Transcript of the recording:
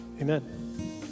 amen